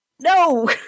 No